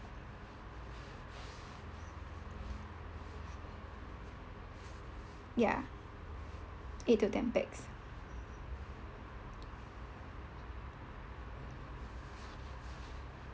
ya eight to ten pax